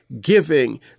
giving